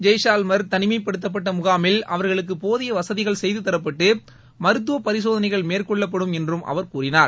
ஜெய்சல்மர் தனிமைப்படுத்தப்பட்ட முனாமில் அவர்களுக்கு போதிய வசதிகள் செய்துரப்பட்டு மருத்துவ பரிசோதனைகள் மேற்கொள்ளப்பட்டும் என்றும் அவர் கூழினார்